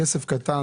כסף קטן,